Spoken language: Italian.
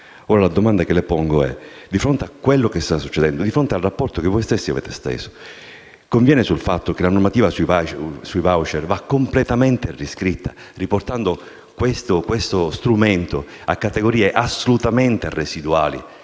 al signor Ministro se, di fronte a quello che sta accadendo e al rapporto che voi stessi avete steso, egli convenga sul fatto che la normativa sui *voucher* vada completamente riscritta, riportando questo strumento a categorie assolutamente residuali,